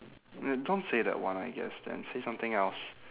ya don't say that one I guess then say something else